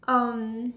um